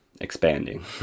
expanding